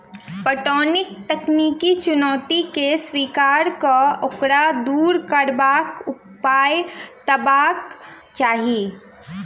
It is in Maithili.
पटौनीक तकनीकी चुनौती के स्वीकार क ओकरा दूर करबाक उपाय तकबाक चाही